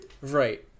right